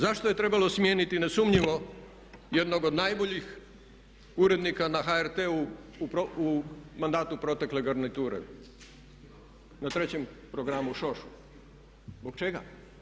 Dakle, zašto je trebalo smijeniti nesumnjivo jednog od najboljih urednika na HRT-u u mandatu protekle garniture, na trećem programu Šošu, zbog čega?